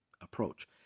approach